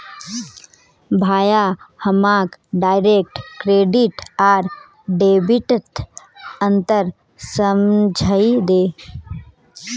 भाया हमाक direct credit आर डेबिटत अंतर समझइ दे